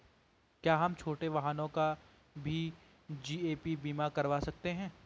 क्या हम छोटे वाहनों का भी जी.ए.पी बीमा करवा सकते हैं?